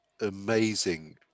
amazing